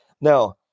Now